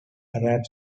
arab